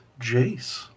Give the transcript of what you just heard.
Jace